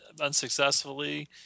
unsuccessfully